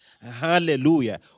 Hallelujah